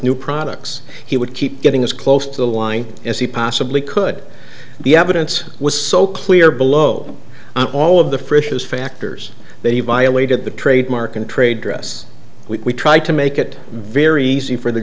new products he would keep getting as close to the line as he possibly could the evidence was so clear below all of the fishes factors that he violated the trademark in trade dress we tried to make it very easy for the